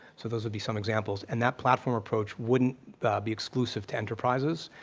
so those would be some examples. and that platform approach wouldn't be exclusive to enterprises.